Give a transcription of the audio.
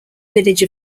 village